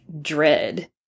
dread